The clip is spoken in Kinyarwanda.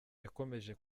yakomeje